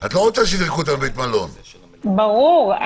ברור.